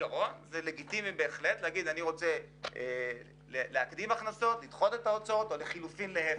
כעיקרון זה לגיטימי להגיד שרוצים להקדים הכנסות ולדחות הוצאות או להיפך.